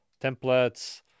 templates